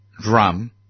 drum